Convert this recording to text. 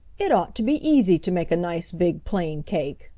it ought to be easy to make a nice big plain cake,